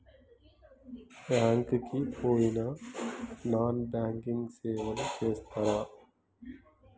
Bank కి పోయిన non banking సేవలు చేస్తరా?